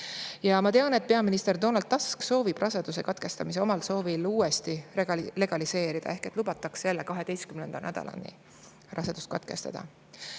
Ja ma tean, et peaminister Donald Tusk soovib raseduse katkestamise omal soovil uuesti legaliseerida ehk et lubataks jälle 12. nädalani rasedust katkestada.